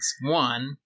One